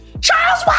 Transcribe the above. Charles